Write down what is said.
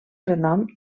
renom